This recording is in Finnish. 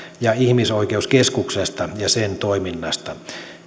ja ihmisoikeuskeskuksesta ja sen toiminnasta